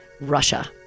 Russia